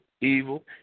evil